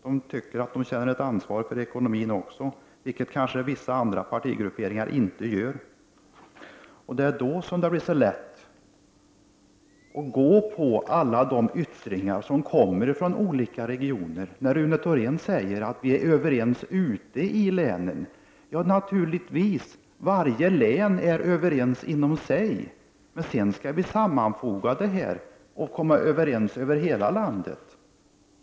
De tycker att de också känner ansvar för ekonomin — vilket kanske vissa andra partigrupperingar inte gör. Det är då som det blir så lätt att tillmötesgå alla de krav som kommer från olika regioner. Rune Thorén säger att vi är överens ute i länen. Ja, naturligtvis. Varje län är överens för sin del. Men sedan skall vi sammanfatta synpunkterna och komma överens över hela landet.